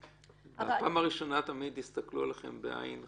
בפעם הראשונה תמיד יסתכלו עליכם בעין חשדנית.